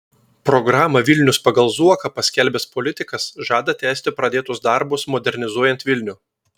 programą vilnius pagal zuoką paskelbęs politikas žada tęsti pradėtus darbus modernizuojant vilnių